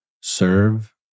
serve